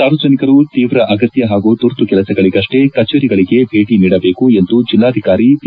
ಸಾರ್ವಜನಿಕರು ತೀವ್ರ ಅಗತ್ಯ ಹಾಗೂ ತುರ್ತು ಕೆಲಸಗಳಿಗಷ್ಟೇ ಕಚೇರಿಗಳಿಗೆ ಭೇಟಿ ನೀಡಬೇಕು ಎಂದು ಜಿಲ್ಲಾಧಿಕಾರಿ ಪಿ